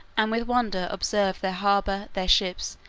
and with wonder observed their harbor, their ships,